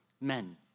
men